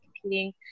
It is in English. competing